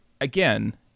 again